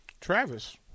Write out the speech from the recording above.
Travis